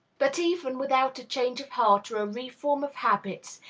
but, even without a change of heart or a reform of habits,